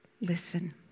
Listen